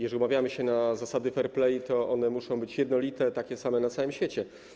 Jeżeli umawiamy się na zasady fair play, to muszą być one jednolite, takie same na całym świecie.